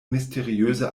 mysteriöse